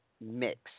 mix